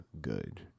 good